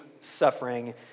suffering